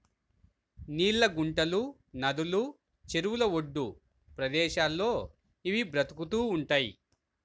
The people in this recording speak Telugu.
నీళ్ళ గుంటలు, నదులు, చెరువుల ఒడ్డు ప్రదేశాల్లో ఇవి బతుకుతూ ఉంటయ్